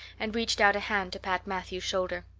and reached out a hand to pat matthew's shoulder.